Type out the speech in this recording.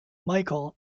michael